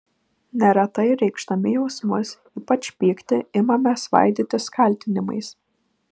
neretai reikšdami jausmus ypač pyktį imame svaidytis kaltinimais